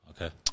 Okay